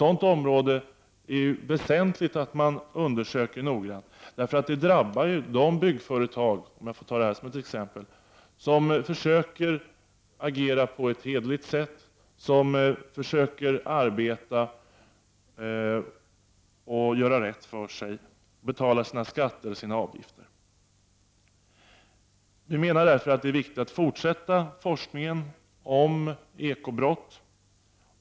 Det är väsentligt att undersöka den saken noggrant, eftersom fusket drabbar de byggföretag som försöker agera på ett hederligt sätt, som vill göra rätt för sig och betala skatter och avgifter. Vi anser alltså att det är viktigt att fortsätta forskningen om ekobrott.